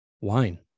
wine